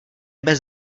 bez